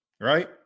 right